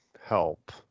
help